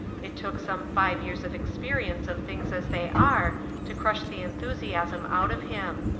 it took some five years of experience of things as they are to crush the enthusiasm out of him.